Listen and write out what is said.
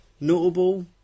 notable